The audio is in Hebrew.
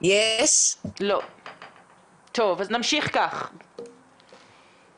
הוא מתחדש לאורך זמן והוא לאורך זמן נשאר זהה באופן האיסוף